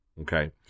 okay